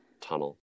tunnel